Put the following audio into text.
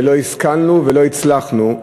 ולא השכלנו ולא הצלחנו,